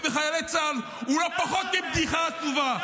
בחיילי צה"ל הוא לא פחות מבדיחה עצובה.